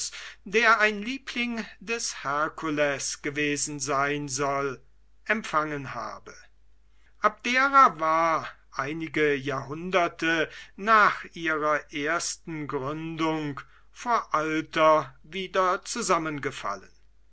der ein liebling des herkules gewesen sein soll empfangen habe abdera war einige jahrhundert nach ihrer ersten gründung vor alter wieder zusammengefallen